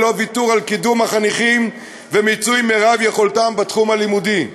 ללא ויתור על קידום החניכים ומיצוי מרב יכולתם בתחום הלימודי.